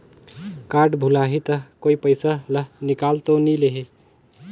Card भुलाही ता कोई पईसा ला निकाल तो नि लेही?